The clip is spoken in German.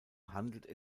handelt